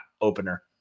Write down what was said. opener